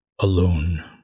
alone